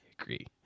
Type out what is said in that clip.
agree